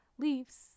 leaves